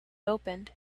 opened